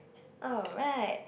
alright